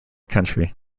country